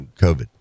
COVID